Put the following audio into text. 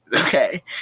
Okay